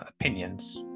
opinions